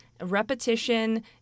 repetition